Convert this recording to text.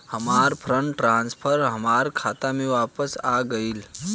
हमार fund transfer हमार खाता में वापस आ गइल